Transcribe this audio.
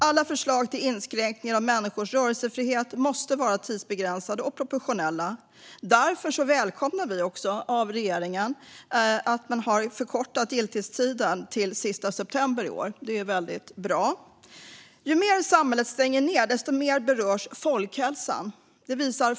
Alla förslag till inskränkningar av människors rörelsefrihet måste vara tidsbegränsade och proportionella. Därför välkomnar vi att regeringen har förkortat giltighetstiden till sista september i år - det är väldigt bra. Ju mer samhället stänger ned, desto mer berörs folkhälsan.